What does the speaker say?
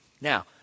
now